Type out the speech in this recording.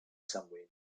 somewhere